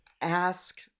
ask